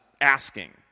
asking